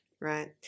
Right